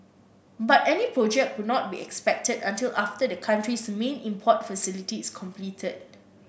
but any project would not be expected until after the country's main import facility is completed